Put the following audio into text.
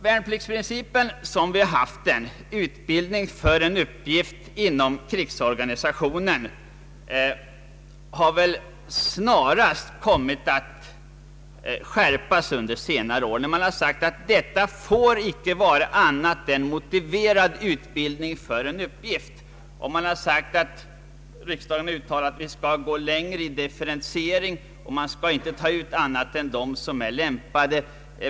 Värnpliktsprincipen sådan den varit med utbildning för uppgifter inom krigsorganisationen har väl snarast kommit att skärpas under senare år, när man sagt att värnpliktstjänstgöringen icke får vara annat än en motiverad utbildning för en uppgift. Riksdagen har uttalat att man dels skall gå längre i differentiering, dels inte ta ut and ra än dem som är lämpade för en viss uppgift.